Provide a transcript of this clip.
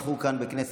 החינוך